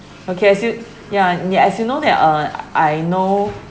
okay as you ya and as you know that uh I know